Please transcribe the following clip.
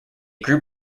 group